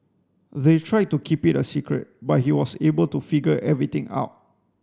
they tried to keep it a secret but he was able to figure everything out